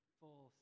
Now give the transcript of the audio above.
full